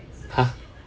!huh!